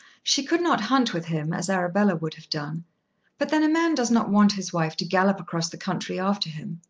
she could not hunt with him, as arabella would have done but then a man does not want his wife to gallop across the country after him.